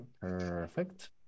perfect